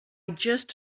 just